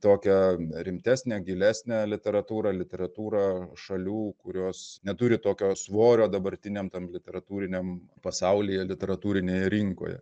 tokią rimtesnę gilesnę literatūrą literatūrą šalių kurios neturi tokio svorio dabartiniam tam literatūriniam pasauly literatūrinėj rinkoje